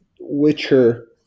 Witcher